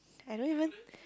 I don't even